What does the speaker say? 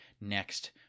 next